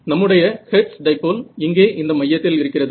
நம்முடைய Hertz dipole இங்கே இந்த மையத்தில் இருக்கிறது